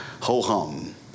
Ho-hum